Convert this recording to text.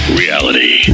reality